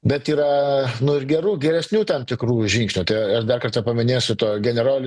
bet yra nu ir gerų geresnių tam tikrų žingsnių tai aš dar kartą paminėsiu to generol